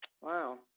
wow